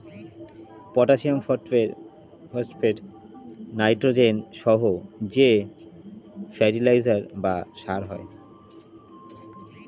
potassium, phosphate, nitrogen সহ যে fertiliser বা সার হয়